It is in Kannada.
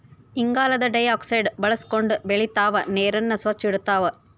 ಇಂಗಾಲದ ಡೈಆಕ್ಸೈಡ್ ಬಳಸಕೊಂಡ ಬೆಳಿತಾವ ನೇರನ್ನ ಸ್ವಚ್ಛ ಇಡತಾವ